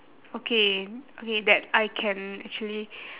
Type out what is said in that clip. okay okay that I can actually